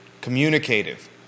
communicative